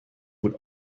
would